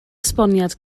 esboniad